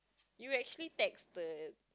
you actually texted